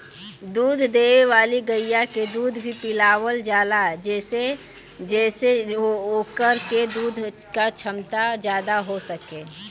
दूध देवे वाली गइया के दूध भी पिलावल जाला जेसे ओकरे दूध क छमता जादा हो सके